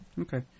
okay